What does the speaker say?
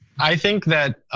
i think that